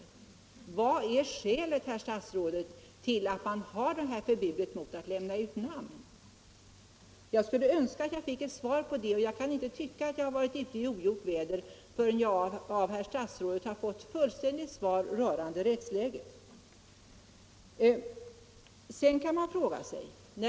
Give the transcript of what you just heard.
Vad är skälet, herr statsråd, till att man har förbudet mot att lämna ut namn? Jag skulle önska att jag fick ett svar på den frågan. Jag kan inte tycka att jag har varit ute i ogjort väder förrän jag av herr statsrådet har fått ett fullständigt svar rörande rättsläget.